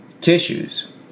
Tissues